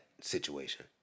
situation